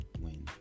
win